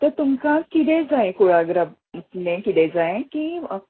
तर तुमका कितें जाय कुळागरांतलें कितें जाय की